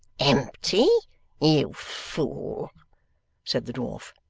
empty, you fool said the dwarf.